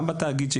גם בתאגיד.